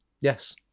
Yes